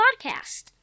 podcast